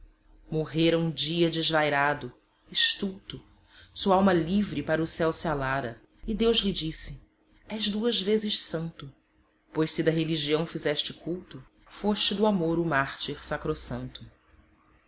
um dia desvairado estulto sualma livre para o céu se alara e deus lhe disse és duas vezes santo pois se da religião fizeste culto foste do amor o mártir sacrossanto